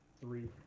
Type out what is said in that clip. three